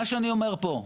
מה שאני אומר פה,